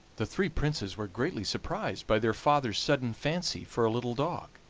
the three princes were greatly surprised by their father's sudden fancy for a little dog,